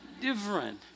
different